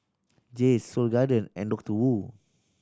Jays Seoul Garden and Doctor Wu